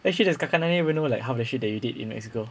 actually does kakak even know like half the shit that you did in mexico